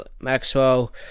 Maxwell